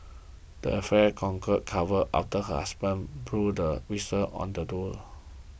the affair conquer covered after her husband blew the whistle on the Duo